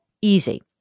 Easy